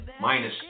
Minus